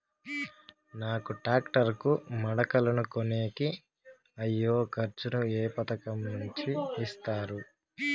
నాకు టాక్టర్ కు మడకలను కొనేకి అయ్యే ఖర్చు ను ఏ పథకం నుండి ఇస్తారు?